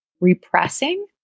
repressing